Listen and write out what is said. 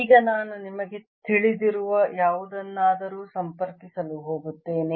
ಈಗ ನಾನು ನಿಮಗೆ ತಿಳಿದಿರುವ ಯಾವುದನ್ನಾದರೂ ಸಂಪರ್ಕಿಸಲು ಹೋಗುತ್ತೇನೆ